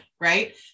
right